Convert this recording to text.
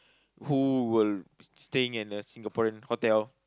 who will staying in a Singaporean hotel